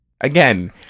Again